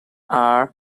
are